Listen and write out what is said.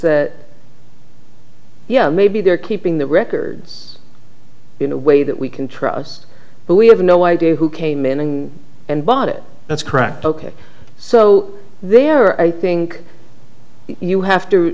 that yeah maybe they're keeping the records in a way that we can trust but we have no idea who came in and bought it that's correct ok so there i think you have to